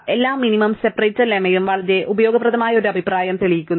എല്ലാ minimum separator ലെമ്മയും വളരെ ഉപയോഗപ്രദമായ ഒരു അഭിപ്രായം ഞങ്ങൾ തെളിയിക്കുന്നു